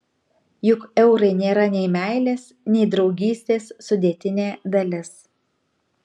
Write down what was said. juk eurai nėra nei meilės nei draugystės sudėtinė dalis